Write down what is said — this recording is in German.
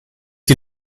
die